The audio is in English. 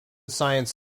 science